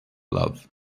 love